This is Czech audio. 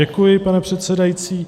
Děkuji, pane předsedající.